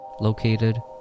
located